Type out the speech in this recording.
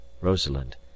Rosalind